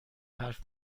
حرف